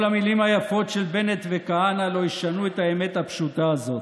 כל המילים היפות של בנט וכהנא לא ישנו את האמת הפשוטה הזאת.